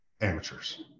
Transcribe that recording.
amateurs